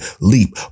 leap